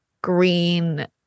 green